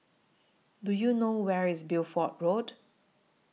Do YOU know Where IS Bideford Road